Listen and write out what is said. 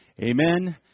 Amen